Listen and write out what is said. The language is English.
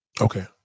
Okay